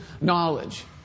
knowledge